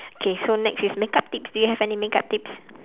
okay so next is makeup tips do you have any makeup tips